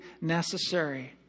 necessary